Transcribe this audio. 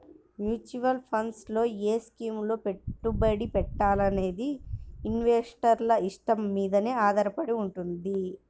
mutual funds లో ఏ స్కీముల్లో పెట్టుబడి పెట్టాలనేది ఇన్వెస్టర్ల ఇష్టం మీదనే ఆధారపడి వుంటది